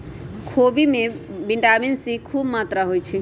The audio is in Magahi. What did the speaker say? खोबि में विटामिन सी खूब मत्रा होइ छइ